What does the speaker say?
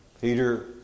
Peter